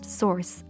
source